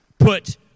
Put